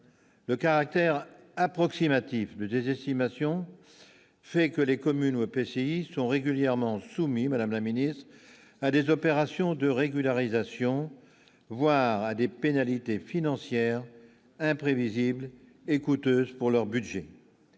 le caractère approximatif des estimations, c'est que les communes PC y sont régulièrement soumis, Madame la Ministre, à des opérations de régularisation, voire à des pénalités financières imprévisible et coûteuse pour leur budget,